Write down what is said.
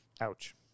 Ouch